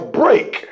break